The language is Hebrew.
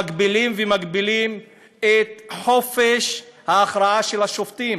מגבילים ומגבילים את חופש ההכרעה של השופטים.